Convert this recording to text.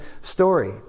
story